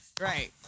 right